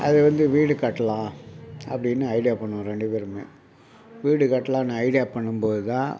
அது வந்து வீடு கட்டலாம் அப்படின்னு ஐடியா பண்ணிணோம் ரெண்டு பேருமே வீடு கட்டலான்னு ஐடியா பண்ணும்போதுதான்